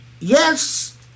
Yes